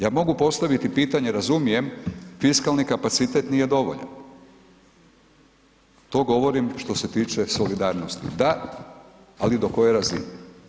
Ja mogu postaviti pitanje, razumijem fiskalni kapacitet nije dovoljan, to govorim što se tiče solidarnosti, da, ali do koje razine?